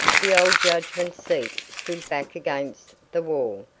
the old judgment seat stood back against the wall,